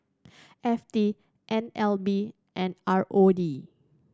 F T N L B and R O D